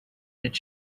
that